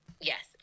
Yes